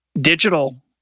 digital